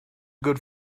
good